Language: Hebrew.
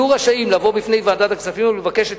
יהיה רשאי לבוא בפני ועדת הכספים ולבקש את